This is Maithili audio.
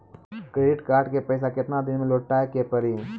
क्रेडिट कार्ड के पैसा केतना दिन मे लौटाए के पड़ी?